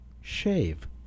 shave